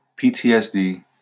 PTSD